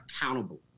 accountable